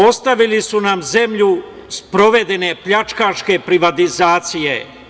Ostavili su nam zemlju sprovedene pljačkaške privatizacije.